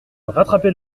rattrapez